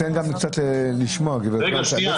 (היו"ר גלעד